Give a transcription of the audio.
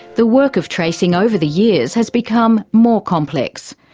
the work of tracing over the years has become more complex.